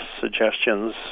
suggestions